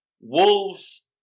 Wolves